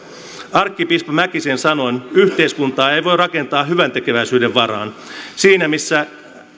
arkkipiispa mäkisen sanoin yhteiskuntaa ei voi rakentaa hyväntekeväisyyden varaan siinä missä